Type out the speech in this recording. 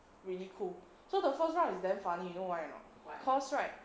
really cool so the first round is damn funny you know why or not cause right